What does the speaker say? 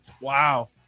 Wow